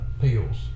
pills